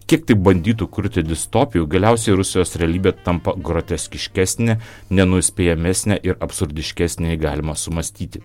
kiek tik bandytų kurti distopijų galiausiai rusijos realybė tampa groteskiškesnė nenuspėjamesne ir absurdiškesne jei galima sumąstyti